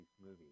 movie